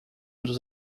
dos